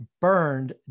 burned